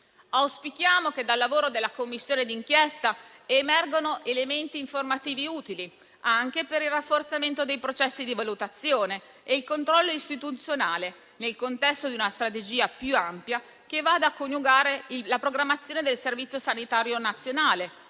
Auspichiamo che dal lavoro della Commissione d'inchiesta emergano elementi informativi utili anche per il rafforzamento dei processi di valutazione e il controllo istituzionale, nel contesto di una strategia più ampia che vada a coniugare la programmazione del Servizio sanitario nazionale